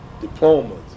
diplomas